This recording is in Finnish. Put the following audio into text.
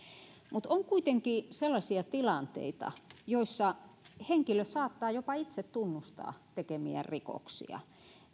mutta on kuitenkin sellaisia tilanteita joissa henkilö saattaa jopa itse tunnustaa tekemiään rikoksia